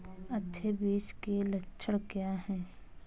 अच्छे बीज के लक्षण क्या हैं?